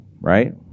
right